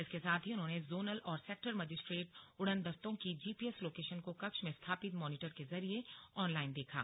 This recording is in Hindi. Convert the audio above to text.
इसके साथ ही उन्होंने जोनल और सेक्टर मजिस्ट्रेट और उड़नदस्तों की जीपीएस लोकेशन को कक्ष में स्थापित मॉनीटर के जरिए ऑनलाइन देखा